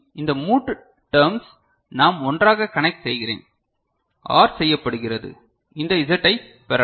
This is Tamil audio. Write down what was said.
இந்த மூன்று டெர்ம்ஸ் நான் ஒன்றாக கனெக்ட் செய்கிறேன் OR செய்யப்படுகிறது இந்த Z ஐ பெறலாம்